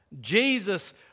Jesus